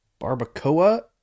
Barbacoa